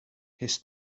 his